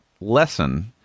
lesson